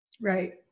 Right